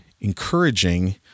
encouraging